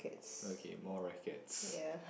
okay more rackets